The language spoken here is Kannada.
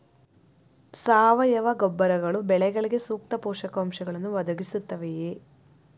ಸಾವಯವ ಗೊಬ್ಬರಗಳು ಬೆಳೆಗಳಿಗೆ ಸೂಕ್ತ ಪೋಷಕಾಂಶಗಳನ್ನು ಒದಗಿಸುತ್ತವೆಯೇ?